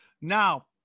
Now